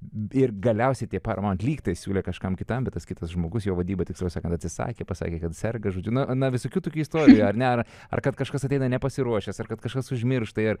ir galiausiai tie paromon lyg tai siūlė kažkam kitam bet tas kitas žmogus jo vadyba tiksliau sakant atsisakė pasakė kad serga žodžiu na na visokių tokių istorijų ar ne ar kad kažkas ateina nepasiruošęs ar kad kažkas užmiršta ir